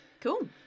Cool